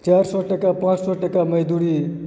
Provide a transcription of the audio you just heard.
चारि सए टका पाँच सए टका मजदूरी